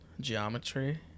geometry